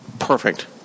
Perfect